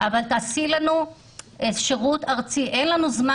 אבל תעשי לנו שירות ארצי כי אין לנו זמן